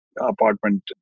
apartment